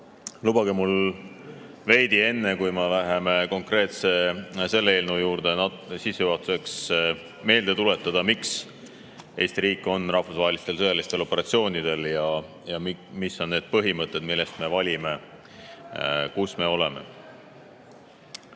Lubage mul enne, kui me läheme konkreetse eelnõu juurde, sissejuhatuseks meelde tuletada, miks Eesti riik on rahvusvahelistel sõjalistel operatsioonidel ja mis on need põhimõtted, mille alusel me valime, kus me osaleme.